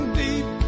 deep